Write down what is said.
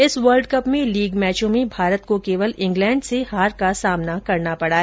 इस world cup में league मैचों में भारत को केवल इंग्लैंड से हार का सामना करना पड़ा